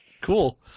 cool